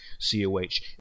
COH